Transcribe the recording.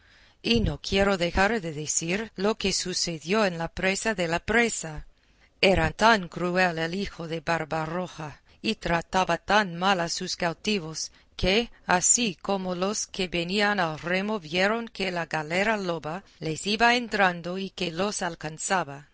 y no quiero dejar de decir lo que sucedió en la presa de la presa era tan cruel el hijo de barbarroja y trataba tan mal a sus cautivos que así como los que venían al remo vieron que la galera loba les iba entrando y que los alcanzaba